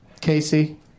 Casey